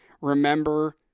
remember